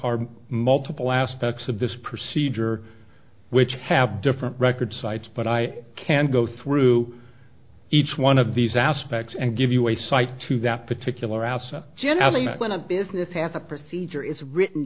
are multiple aspects of this procedure which have different record sites but i can't go through each one of these aspects and give you a cite to that particular asset generally when a business has a procedure is written